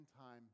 time